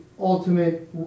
Ultimate